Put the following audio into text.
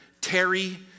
Terry